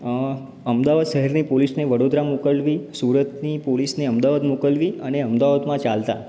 અ અમદાવાદ શહેરની પોલીસને વડોદરા મોકલવી સુરતની પોલીસને અમદાવાદ મોકલવી અને અમદાવાદમાં ચાલતાં